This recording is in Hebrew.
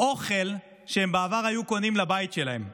אוכל שבעבר הם היו קונים לבית שלהם.